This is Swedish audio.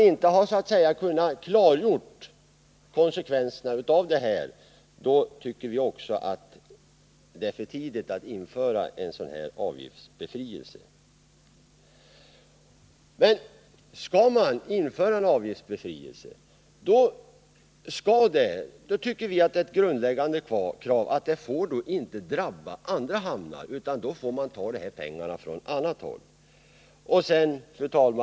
Eftersom man inte kunnat klargöra konsekvenserna tycker vi att det är för tidigt att införa den här avgiftsbefrielsen nu. Skall man införa en avgiftsbefrielse tycker vi att ett grundläggande krav är att den inte får drabba andra hamnar, utan då skall pengarna tas från annat håll.